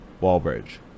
Wallbridge